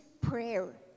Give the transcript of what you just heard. prayer